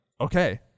okay